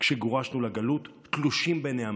כשגורשנו לגלות, תלושים בין העמים,